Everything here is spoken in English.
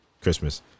Christmas